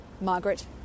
Margaret